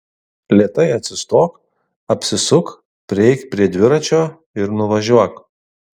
lėtai atsistok apsisuk prieik prie dviračio ir nuvažiuok